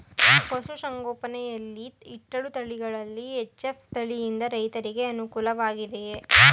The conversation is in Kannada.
ಪಶು ಸಂಗೋಪನೆ ಯಲ್ಲಿ ಇಟ್ಟಳು ತಳಿಗಳಲ್ಲಿ ಎಚ್.ಎಫ್ ತಳಿ ಯಿಂದ ರೈತರಿಗೆ ಅನುಕೂಲ ವಾಗಿದೆಯೇ?